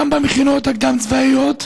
במכינות הקדם-צבאיות,